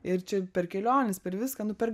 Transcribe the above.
ir čia per keliones per viską nu per